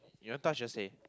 you want touch just say